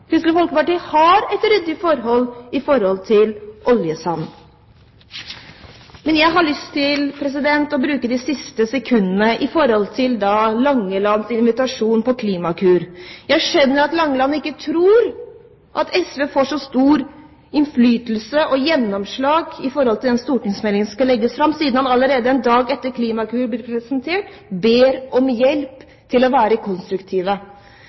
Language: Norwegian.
Kristelig Folkeparti har et ryddig forhold til oljesandvirksomhet. Jeg har lyst til å bruke de siste sekundene på Langelands invitasjon når det gjelder Klimakur. Jeg skjønner at Langeland ikke tror at SV får så stor innflytelse og gjennomslag i forhold til den stortingsmeldingen som skal legges fram, siden han allerede én dag etter Klimakur ble presentert, ber om hjelp til å være